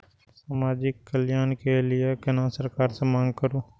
समाजिक कल्याण के लीऐ केना सरकार से मांग करु?